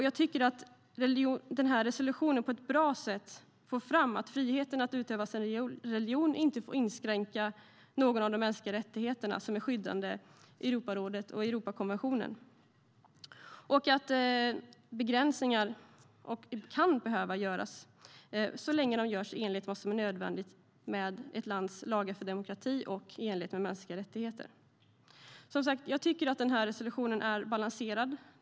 Jag tycker att den här resolutionen på ett bra sätt får fram att friheten att utöva sin religion inte får inskränka någon av de mänskliga rättigheter som är skyddade i Europarådet och i Europakonventionen och att begränsningar kan behövas så länge de görs i enlighet med mänskliga rättigheter och ett lands lagar för att få en fungerande demokrati. Jag tycker att resolutionen är balanserad.